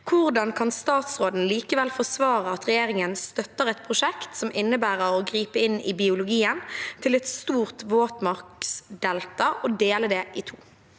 Hvordan kan statsråden likevel forsvare at regjeringen støtter et prosjekt som innebærer å gripe inn i biologien til et stort våtmarksdelta og dele det i to?»